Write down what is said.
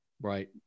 right